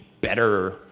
better